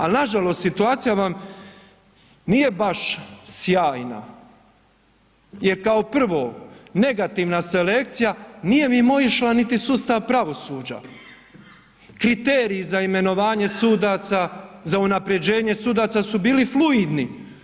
Ali nažalost situacija vam nije baš sjajna jer kao 1, negativna selekcija nije mimoišla niti sustav pravosuđa, kriteriji za imenovanje sudaca, za unapređenje sudaca su bili fluidni.